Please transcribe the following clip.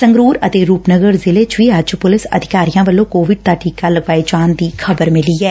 ਸੰਗਰੁਰ ਅਤੇ ਰੁਪਨਗਰ ਜ਼ਿਲੇ ਚ ਵੀ ਅੱਜ ਪੁਲਿਸ ਅਧਿਕਾਰੀਆਂ ਵੱਲੋਂ ਕੋਵਿਡ ਦਾ ਟੀਕਾ ਲਗਵਾਏ ਜਾਣ ਦੀ ਖ਼ਬਰ ਮਿਲੀ ਐ